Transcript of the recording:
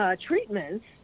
treatments